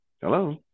Hello